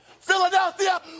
Philadelphia